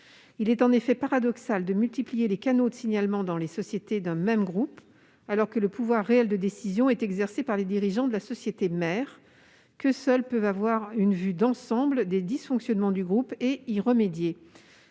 Il est en effet paradoxal de multiplier les canaux de signalement dans les sociétés d'un même groupe, alors que le pouvoir réel de décision est exercé par les dirigeants de la société mère, qu'eux seuls peuvent avoir une vue d'ensemble des dysfonctionnements du groupe et y remédier.